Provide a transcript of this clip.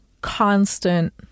constant